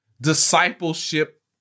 discipleship